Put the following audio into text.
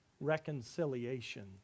reconciliation